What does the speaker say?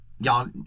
Y'all